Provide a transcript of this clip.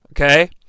Okay